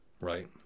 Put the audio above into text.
right